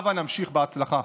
הבה נמשיך בהצלחה.